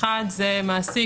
האחת זה מעסיק